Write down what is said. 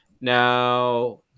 Now